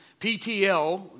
PTL